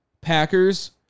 Packers